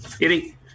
Eddie